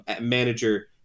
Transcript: manager